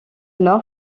nord